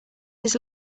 his